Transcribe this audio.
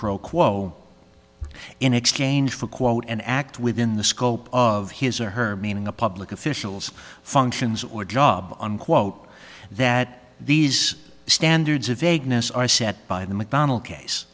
pro quo in exchange for quote an act within the scope of his or her meaning a public officials functions or job unquote that these standards of vagueness are set by the mcdonnell case